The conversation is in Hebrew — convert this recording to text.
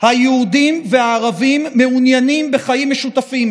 הרבה דברים מאוד משמעותיים,